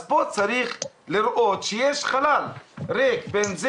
אז פה צריך לראות שיש חלל ריק בין זה